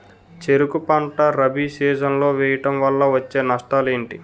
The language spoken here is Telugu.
చెరుకు పంట రబీ సీజన్ లో వేయటం వల్ల వచ్చే నష్టాలు ఏంటి?